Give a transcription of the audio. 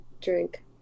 drink